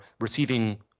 receiving